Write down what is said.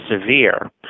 severe